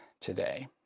today